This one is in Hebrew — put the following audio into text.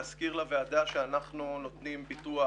להזכיר לוועדה שאנחנו נותנים ביטוח